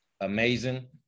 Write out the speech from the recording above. amazing